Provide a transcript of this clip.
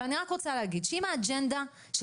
אבל אני רק רוצה להגיד שאם האג'נדה של